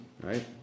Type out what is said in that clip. right